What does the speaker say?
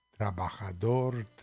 trabajador